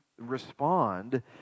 respond